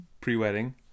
pre-wedding